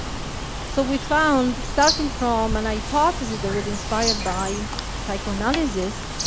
so we found, starting from an hypothesis that was inspired by psychoanalysis,